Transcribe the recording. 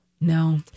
No